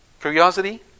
curiosity